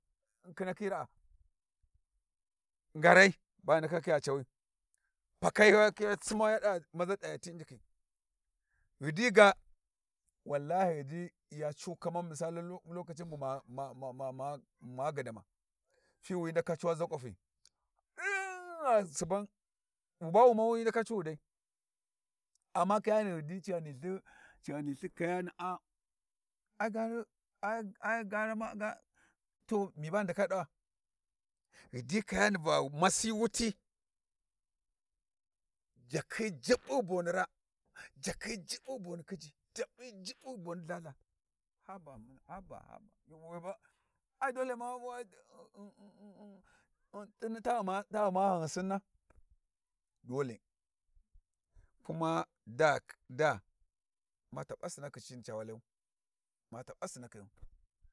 Khinakhi raa, ngarai ba ya khiya ya cawi pakhai sai ya sima ya da maza dayati u'njikhi. Ghidi ga wallahi ghidi ya cu Kaman misali lo lo lokacin bu mah mah mah gadama fi wi hyi ndaka cuuwa zakwafi din gha suban, wu bawai ma'u hyi ndaka cu ghidai, amma kayani ghidi ci ghani lthi kayana'a ai gari ai gari mah gari to mi ba ghu ndaka ɗawa. Ghidi kayani va masi wuti jakhi jubbi boni raa jakkhi jubbi boni khijji, jakhi jubbun boni lhalha haba ma haba we ba ai dole ma t'ini ta ghuma ghan sinna, dole kuma daa hesitation ma taɓa sinnakhi cini ca walayu ma taɓa sinakayu.